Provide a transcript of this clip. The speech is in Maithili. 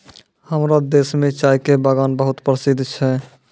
हमरो देश मॅ चाय के बागान बहुत प्रसिद्ध छै